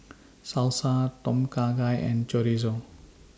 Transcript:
Salsa Tom Kha Gai and Chorizo